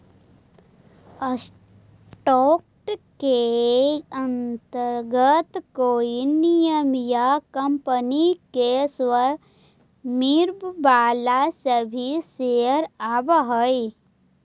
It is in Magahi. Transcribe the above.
स्टॉक के अंतर्गत कोई निगम या कंपनी के स्वामित्व वाला सभी शेयर आवऽ हइ